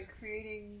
creating